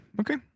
okay